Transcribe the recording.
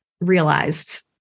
realized